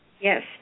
Yes